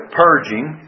purging